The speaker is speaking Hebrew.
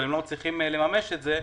אבל הם לא מצליחים לממש את זה,